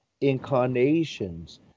incarnations